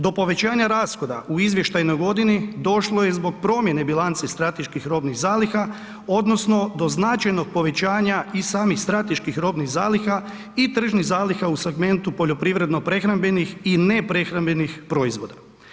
Do povećanja rashoda u izvještajnog godini došlo je zbog promjene bilance strateških robnih zaliha odnosno do značajnih povećanja i samih strateških robnih zaliha i tržnih zaliha u segmentu poljoprivredno-prehrambenih i neprehrambenih proizvoda.